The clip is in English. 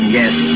yes